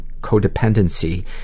codependency